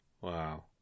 Wow